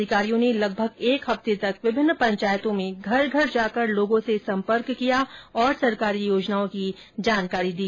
अधिकारियो ने लगभग एक हफ्ते तक विभिन्न पंचायतों में घर घर जाकर लोगों से संपर्क किया और सरकारी योजनाओं की जानकारी दी